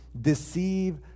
deceive